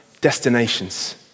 destinations